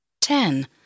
Ten